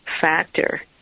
factor